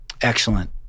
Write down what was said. Excellent